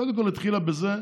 קודם כול התחילה בכך